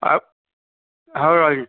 ଆଉ ହଉ ରହିଲି